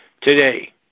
today